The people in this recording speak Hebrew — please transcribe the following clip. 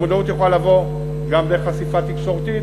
המודעות יכולה לבוא גם בחשיפה תקשורתית,